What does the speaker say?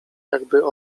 jakby